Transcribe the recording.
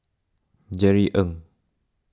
Jerry Ng